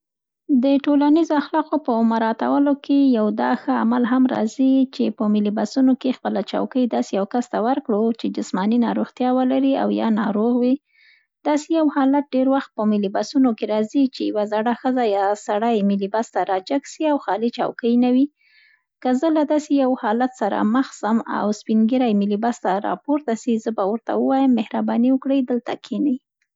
د ټولنیزو اخلاقو په مراعاتو کې یوه دا ښه عمل هم راځي چي په ملي بسونو کې خپل چوکۍ، داسې یو کس ته ورکړو چي جسماني ناروغتیا ولري او یا ناروغ وي. داسې یو حالت ډیر وخت په ملي بسونو کې راځي چي یوه زړه ښځه یا سړی ملي ته راجګ سي او خالي چوکۍ نه وي. که زه له داسې یو حالت سره مخ سم او سين ږیری ملي بس ته راپورته سي، زه به ورته ووایم، مهرباني وکړئ، دلته کېنئ.